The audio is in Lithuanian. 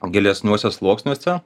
gilesniuose sluoksniuose